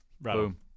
Boom